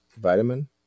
Vitamin